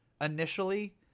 initially